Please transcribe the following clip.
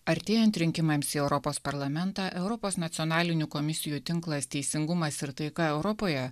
artėjant rinkimams į europos parlamentą europos nacionalinių komisijų tinklas teisingumas ir taika europoje